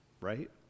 right